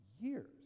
years